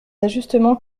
ajustements